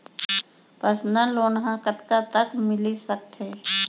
Personal loan ह कतका तक मिलिस सकथे?